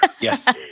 yes